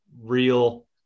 real